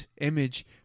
image